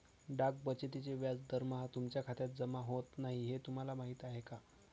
डाक बचतीचे व्याज दरमहा तुमच्या खात्यात जमा होत नाही हे तुम्हाला माहीत आहे का?